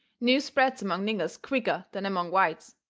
news spreads among niggers quicker than among whites.